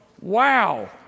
wow